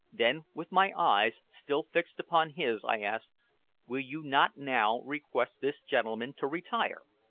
then, with my eyes still fixed upon his, i asked will you not now request this gentleman to retire?